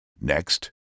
next